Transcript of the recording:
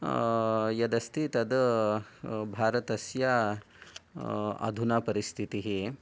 यदस्ति तद्भारतस्य अधुना परिस्थितिः